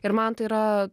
ir man tai yra